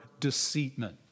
deceitment